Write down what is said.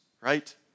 right